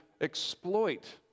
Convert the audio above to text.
exploit